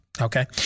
Okay